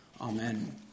Amen